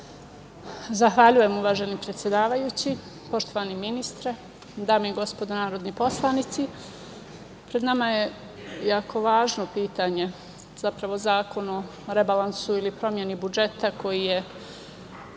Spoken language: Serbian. Zahvaljujem, uvaženi predsedavajući. Poštovani ministre, dame i gospodo narodni poslanici, pred nama je jako važno pitanje, zapravo, Zakon o rebalansu ili promeni budžeta koji je